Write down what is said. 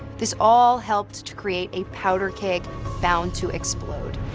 this all helped to create a powder cake bound to explode.